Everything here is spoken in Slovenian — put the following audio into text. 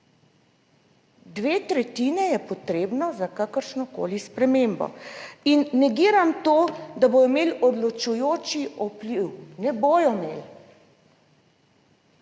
Dve tretjini je potrebno za kakršnokoli spremembo. In negiram to, da bodo imeli odločujoči vpliv. Ne bodo imeli.